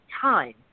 time